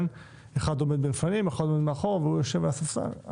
אחד עומד מלפנים ואחד עומד מאחור והוא יושב על הספסל.